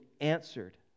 answered